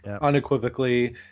unequivocally